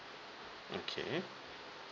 okay